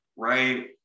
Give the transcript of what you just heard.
Right